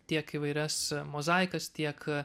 tiek įvairias mozaikas tiek